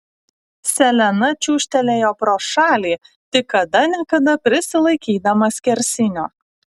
selena čiūžtelėjo pro šalį tik kada ne kada prisilaikydama skersinio